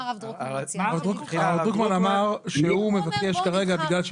הרב דרוקמן אמר שמכיוון שכרגע יש